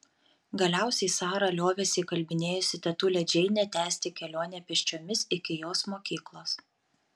galiausiai sara liovėsi įkalbinėjusi tetulę džeinę tęsti kelionę pėsčiomis iki jos mokyklos